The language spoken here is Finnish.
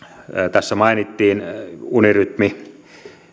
tässä mainittiin unirytmi